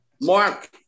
mark